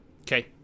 Okay